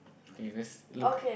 okay let's look